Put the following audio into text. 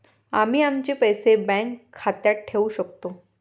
आम्ही आमचे पैसे बँक खात्यात ठेवू शकतो